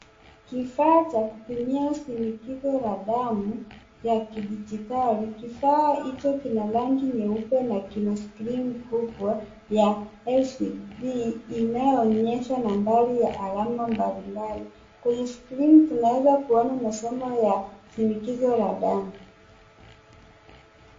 Kifaa cha kupimia shinikizo la damu ya kidijitali. Kifaa hicho kinarangi nyeupe na kina skrini kubwa ya LCD inayo onyesha nambari ya alama mbalimbali . Kwenye skrini tunaweza kuona masomo ya shinikizo la damu.